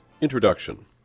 Introduction